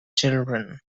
children